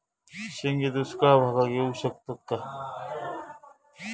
शेंगे दुष्काळ भागाक येऊ शकतत काय?